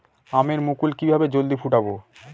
আমের মুকুল কিভাবে জলদি ফুটাব?